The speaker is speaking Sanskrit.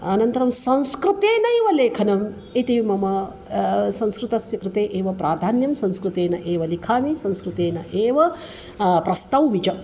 अनन्तरं संस्कृतेनैव लेखनम् इति मम संस्कृतस्य कृते एव प्राधान्यं संस्कृतेन एव लिखामि संस्कृतेन एव प्रस्तौमि च